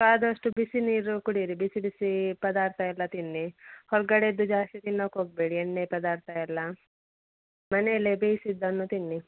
ಆದಷ್ಟು ಬಿಸಿ ನೀರು ಕುಡಿಯಿರಿ ಬಿಸಿ ಬಿಸಿ ಪದಾರ್ಥ ಎಲ್ಲ ತಿನ್ನಿ ಹೊರಗಡೆದ್ದು ಜಾಸ್ತಿ ತಿನ್ನಕ್ಕೋಗಬೇಡಿ ಎಣ್ಣೆ ಪದಾರ್ಥ ಎಲ್ಲ ಮನೇಲೆ ಬೇಯಿಸಿದ್ದನ್ನು ತಿನ್ನಿ